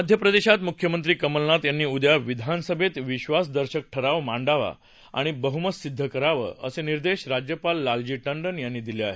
मध्य प्रदेशात मुख्यमंत्री कमलनाथ यांनी उद्या विधानसभेत विधासदर्शक ठराव मांडावा आणि बहुमत सिद्ध करावं असे निर्देश राज्यपाल लालजी टंडन यांनी दिले आहेत